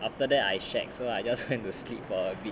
after that I shag so I just went to sleep for a bit